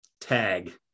tag